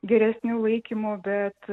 geresnių laikymų bet